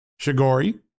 Shigori